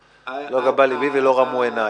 לא גבה ליבי ולא רמו עיניי.